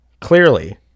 clearly